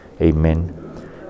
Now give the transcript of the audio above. Amen